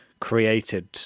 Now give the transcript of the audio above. created